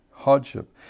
hardship